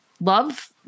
love